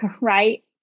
right